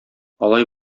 алай